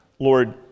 Lord